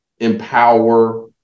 empower